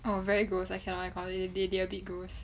oh very gross I cannot I completely they they a bit gross